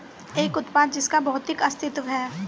एक उत्पाद जिसका भौतिक अस्तित्व है?